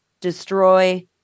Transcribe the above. destroy